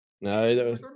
no